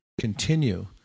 continue